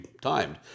timed